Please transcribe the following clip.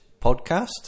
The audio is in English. Podcast